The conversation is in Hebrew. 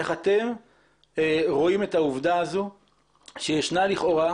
איך אתם רואים את העובדה הזו שישנה לכאורה